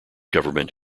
government